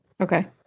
Okay